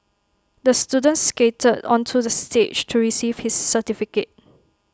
the student skated onto the stage to receive his certificate